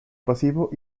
pasivo